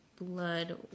blood